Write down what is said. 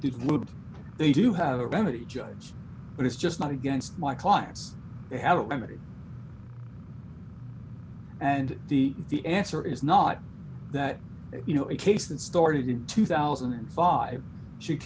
they do have a remedy judge but it's just not against my clients they have a limited and the the answer is not that you know a case that started in two thousand and five sh